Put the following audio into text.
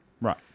Right